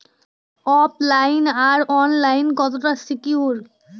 ওফ line আর online কতটা secure?